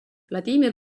vladimir